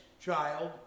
child